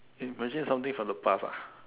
imagine something for the past ah